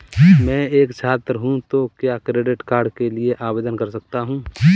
मैं एक छात्र हूँ तो क्या क्रेडिट कार्ड के लिए आवेदन कर सकता हूँ?